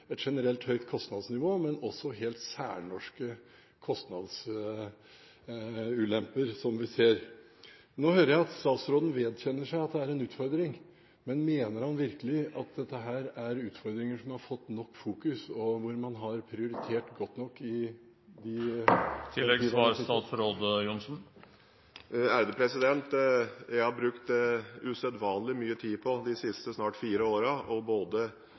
et generelt høyt kostnadsnivå, men også helt særnorske kostnadsulemper som vi ser. Nå hører jeg at statsråden vedkjenner seg at det er en utfordring, men mener han virkelig at dette er utfordringer som har fått nok fokus, og hvor man har prioritert godt nok i de årlige budsjetter? Jeg har brukt usedvanlig mye tid i de siste snart fire årene på å ta disse spørsmålene opp og